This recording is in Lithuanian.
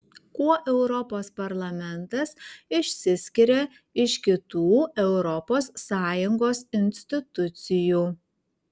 kuo europos parlamentas išsiskiria iš kitų europos sąjungos institucijų